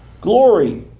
glory